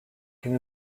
can